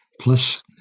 Plus